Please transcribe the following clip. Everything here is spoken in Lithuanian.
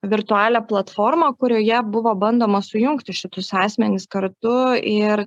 virtualią platformą kurioje buvo bandoma sujungti šitus asmenis kartu ir